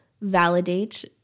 validate